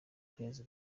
kwezi